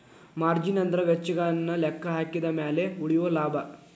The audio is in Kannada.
ಮಾರ್ಜಿನ್ ಅಂದ್ರ ವೆಚ್ಚಗಳನ್ನ ಲೆಕ್ಕಹಾಕಿದ ಮ್ಯಾಲೆ ಉಳಿಯೊ ಲಾಭ